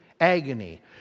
agony